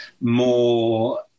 more